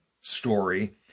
story